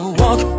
walk